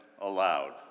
allowed